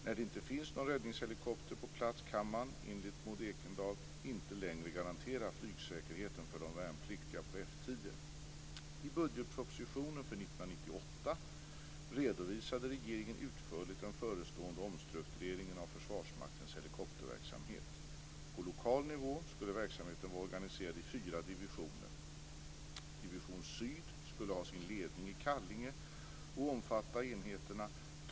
När det inte finns någon räddningshelikopter på plats kan man, enligt Inom Division syd skulle helikoptrar för flygräddning utgångsbaseras i Kallinge och Säve.